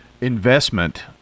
investment